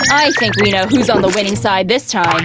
i think we know who's on the winning side this time. ugh,